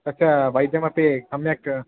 तस्य वैद्यमपि सम्यक्